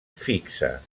fixa